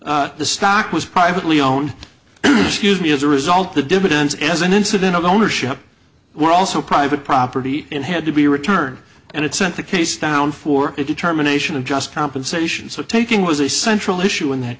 the stock was privately own excuse me as a result the dividends as an incident of ownership were also private property and had to be returned and it sent the case down for a determination of just compensation so taking was a central issue in that